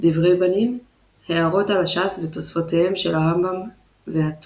דברי בנים – הערות על הש"ס ותוספותיהם של הרמב"ם והטור,